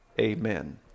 Amen